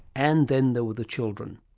and then there were the children.